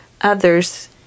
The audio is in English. others